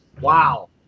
Wow